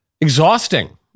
exhausting